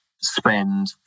spend